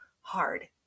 hard